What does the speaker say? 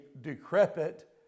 decrepit